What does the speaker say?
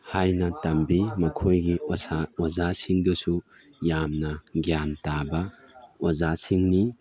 ꯍꯥꯏꯅ ꯇꯝꯕꯤ ꯃꯈꯣꯏꯒꯤ ꯑꯣꯖꯥꯁꯤꯡꯗꯨꯁꯨ ꯌꯥꯝꯅ ꯒ꯭ꯌꯥꯟ ꯇꯥꯕ ꯑꯣꯖꯥꯁꯤꯡꯅꯤ